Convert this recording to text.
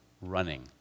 running